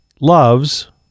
loves